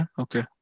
Okay